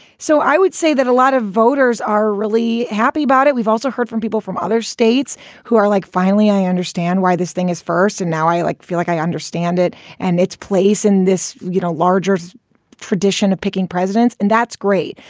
so i would say that a lot of voters are really happy about it. we've also heard from people from other states who are like, finally, i understand why this thing is first. and now i like feel like i understand it and its place in this, you know, largest tradition of picking presidents. and that's great.